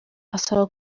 asaba